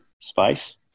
space